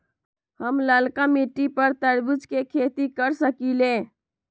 हम लालका मिट्टी पर तरबूज के खेती कर सकीले?